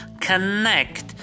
connect